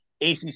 ACC